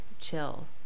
chill